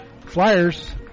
Flyers